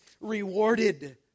rewarded